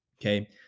Okay